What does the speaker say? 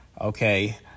Okay